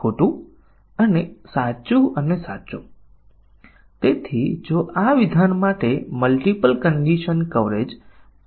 તેથી તમે કહી શકો છો કે ટકા નિવેદન કવરેજ નિવેદનોના કયા અપૂર્ણાંકને અમલમાં મૂકવામાં આવ્યા છે તેના આધારે નિવેદન કવરેજ ટકા દર્શાવે છે